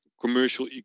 commercial